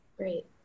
Great